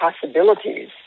possibilities